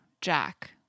Jack